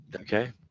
Okay